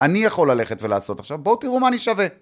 אני יכול ללכת ולעשות עכשיו, בואו תראו מה אני שווה.